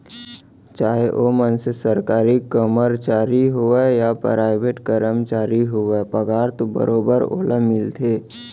चाहे ओ मनसे सरकारी कमरचारी होवय या पराइवेट करमचारी होवय पगार तो बरोबर ओला मिलथे